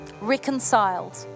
reconciled